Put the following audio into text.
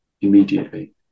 immediately